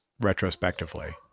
retrospectively